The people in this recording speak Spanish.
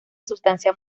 sustancia